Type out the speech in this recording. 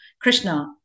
Krishna